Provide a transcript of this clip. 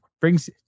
brings